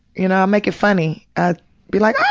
you know make it funny. i be like, oh,